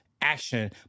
action